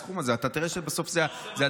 אתה תראה שבסוף זאת הדלתא.